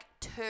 two